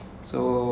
mm okay